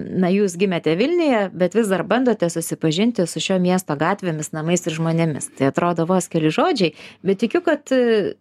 na jūs gimėte vilniuje bet vis dar bandote susipažinti su šio miesto gatvėmis namais ir žmonėmis tai atrodo vos keli žodžiai bet tikiu kad